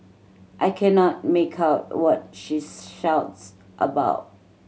I cannot make out what she shouts about